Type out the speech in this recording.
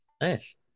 Nice